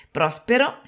Prospero